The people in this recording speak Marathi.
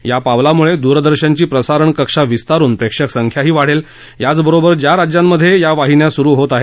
या पावलामुळे दूरदर्शनची प्रसारण कक्षा विस्तारून प्रेक्षकसंख्या वाढेल याचबरोबर ज्या राज्यांमध्ये या वाहिन्या सुरु होत आहेत